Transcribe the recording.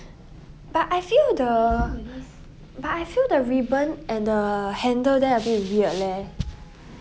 but I feel the but I feel the ribbon and the handle there a bit weird leh